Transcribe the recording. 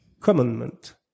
commandment